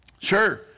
Sure